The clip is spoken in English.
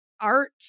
art